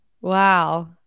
Wow